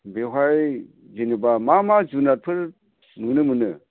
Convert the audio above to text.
बेवहाय जेनेबा मा मा जुनारफोर नुनो मोनो